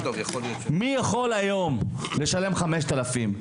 מי יכול היום לשלם 5,000,